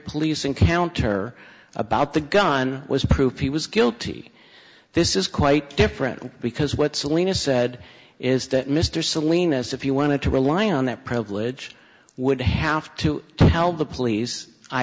police encounter about the gun was proof he was guilty this is quite different because what salinas said is that mr salinas if you wanted to rely on that privilege would have to tell the p